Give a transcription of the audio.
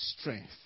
strength